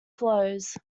flows